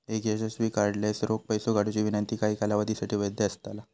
एक यशस्वी कार्डलेस रोख पैसो काढुची विनंती काही कालावधीसाठी वैध असतला